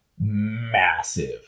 massive